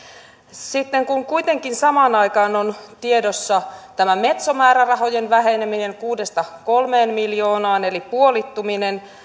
sitten kun kuitenkin samaan aikaan on tiedossa tämä metso määrärahojen väheneminen kuudesta kolmeen miljoonaan eli puolittuminen